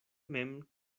mem